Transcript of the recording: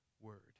word